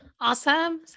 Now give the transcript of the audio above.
Awesome